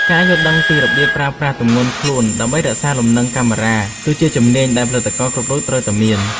ការយល់ដឹងពីរបៀបប្រើប្រាស់ទម្ងន់ខ្លួនដើម្បីរក្សាលំនឹងកាមេរ៉ាគឺជាជំនាញដែលផលិតករគ្រប់រូបត្រូវមាន។